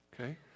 okay